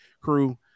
crew